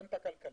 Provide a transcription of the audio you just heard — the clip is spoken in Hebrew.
כלכלית,